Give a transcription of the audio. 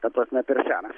ta prasme per senas